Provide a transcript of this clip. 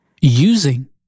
Using